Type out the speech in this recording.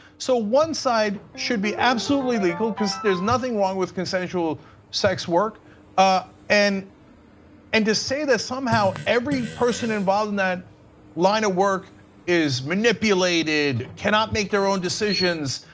so one side should be absolutely legal because there is nothing wrong with consensual sex work ah and and to say that somehow every person involved in that line of work is manipulated, cannot make their own decisions,